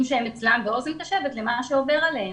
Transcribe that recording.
שנמצאים אצלן וזה בנוסף למה שעובר עליהן.